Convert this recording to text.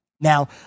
Now